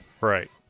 Right